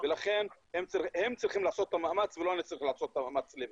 הם צריכים לעשות את המאמץ ולא אני צריך לעשות את המאמץ לבד.